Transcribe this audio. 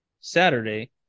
Saturday